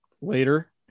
later